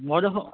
মই দেখোন